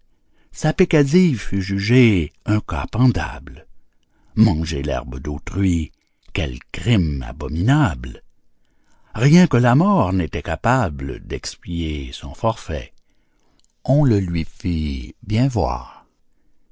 sa peccadille fut jugée un cas pendable manger l'herbe d'autrui quel crime abominable rien que la mort n'était capable d'expier son forfait on le lui fit bien voir